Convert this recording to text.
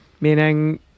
meaning